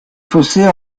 fossés